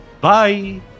Bye